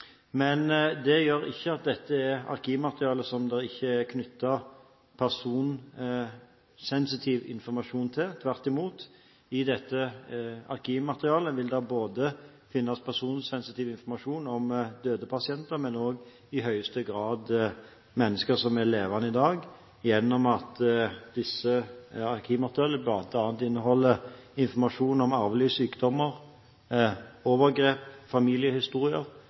Men det betyr ikke at dette er arkivmateriale som det ikke er knyttet personsensitiv informasjon til, tvert imot. I dette arkivmaterialet vil det ikke bare finnes personsensitiv informasjon om døde pasienter, men også i høyeste grad om mennesker som lever i dag, gjennom at dette arkivmaterialet bl.a. inneholder informasjon om arvelige sykdommer, overgrep, familiehistorier